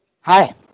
Hi